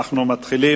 אנחנו מתחילים